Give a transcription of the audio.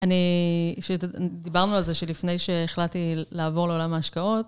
אני... דיברנו על זה שלפני שהחלטתי לעבור לעולם ההשקעות.